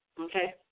Okay